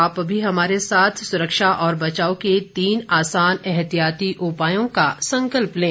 आप भी हमारे साथ सुरक्षा और बचाव के तीन आसान एहतियाती उपायों का संकल्प लें